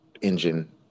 engine